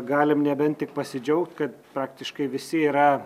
galim nebent tik pasidžiaugt kad praktiškai visi yra